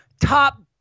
top